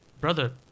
brother